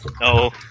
no